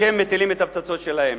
כשהם מטילים את הפצצות שלהם.